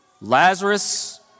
Lazarus